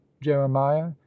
jeremiah